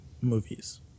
movies